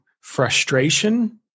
frustration